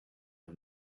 and